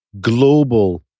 global